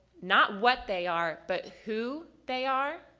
not what they are but who they are